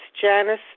Janice